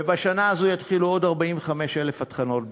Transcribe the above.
ובשנה הזאת יהיו עוד 45,000 התחלות בנייה,